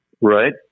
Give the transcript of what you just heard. Right